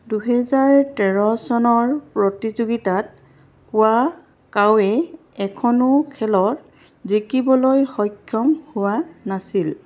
দুহেজাৰ তেৰ চনৰ প্ৰতিযোগিতাত কুৰাকাওয়ে এখনো খেল জিকিবলৈ সক্ষম হোৱা নাছিল